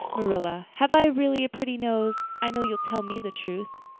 marilla, have i really a pretty nose? i know you'll tell me the truth.